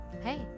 Hey